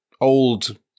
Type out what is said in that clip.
old